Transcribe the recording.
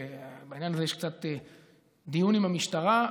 שבעניין הזה יש קצת דיון עם המשטרה.